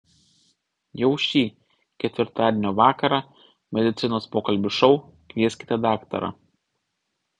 jau šį ketvirtadienio vakarą medicinos pokalbių šou kvieskite daktarą